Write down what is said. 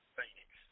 Phoenix